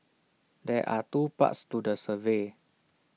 there are two parts to the survey